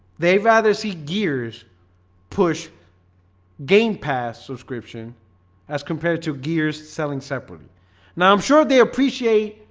they'd rather see gears push game pass subscription as compared to gears selling separately now, i'm sure they appreciate